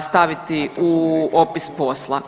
staviti u opis posla.